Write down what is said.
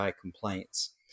complaints